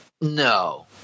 No